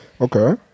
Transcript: Okay